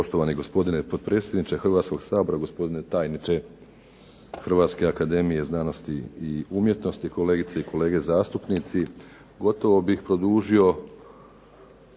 Hvala vam